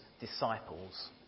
disciples